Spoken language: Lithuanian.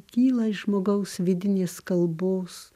kyla iš žmogaus vidinės kalbos